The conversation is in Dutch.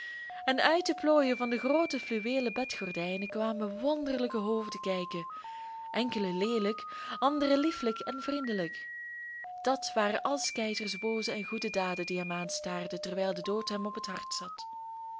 en uit de plooien van de groote fluweelen bedgordijnen kwamen wonderlijke hoofden kijken enkele leelijk andere liefelijk en vriendelijk dat waren al s keizers booze en goede daden die hem aanstaarden terwijl de dood hem op het hart zat